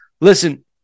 Listen